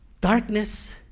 darkness